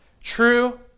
true